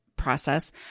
process